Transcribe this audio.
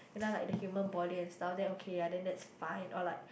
and then like the human body and stuff then okay ah then that's fine or like